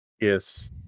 Yes